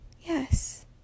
yes